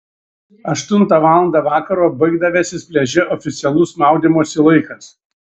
aštuntą valandą vakaro baigdavęsis pliaže oficialus maudymosi laikas